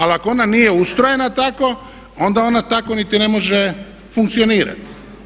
Ali ako ona nije ustrojena tako, onda ona tako niti ne može funkcionirati.